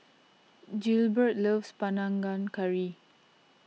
Gilbert loves Panang Curry